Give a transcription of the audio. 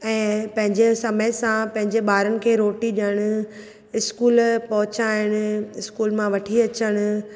ऐं पंहिंजे समय सां पंहिंजे ॿारनि खे रोटी ॾियणु स्कूल पहुचाइणु स्कूल मां वठी अचणु